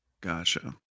Gotcha